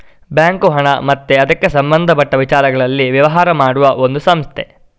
bank ಹಣ ಮತ್ತೆ ಅದಕ್ಕೆ ಸಂಬಂಧಪಟ್ಟ ವಿಚಾರಗಳಲ್ಲಿ ವ್ಯವಹಾರ ಮಾಡುವ ಒಂದು ಸಂಸ್ಥೆ